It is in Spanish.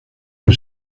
del